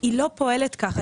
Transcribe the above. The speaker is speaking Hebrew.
היא לא פועלת כך.